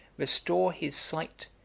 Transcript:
restore his sight,